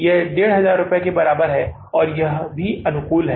यह 1500 रुपये के बराबर है और यह अनुकूल भी है